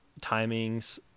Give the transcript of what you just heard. timings